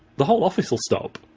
the whole office will stop.